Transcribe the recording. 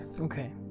Okay